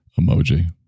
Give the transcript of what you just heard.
emoji